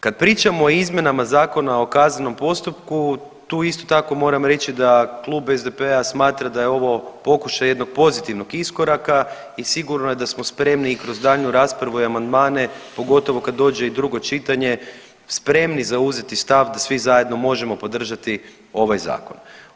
Kad pričamo o izmjenama Zakona o kaznenom postupku tu isto tako moram reći da Klub SDP-a smatra da je ovo pokušaj jednog pozitivnog iskoraka i sigurno je da smo spremni i kroz daljnju raspravu i amandmane, pogotovo kad dođe i drugo čitanje spremni zauzeti stav da svi zajedno možemo podržati ovaj zakon.